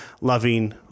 loving